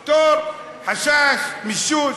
פטור, חשש, מישוש.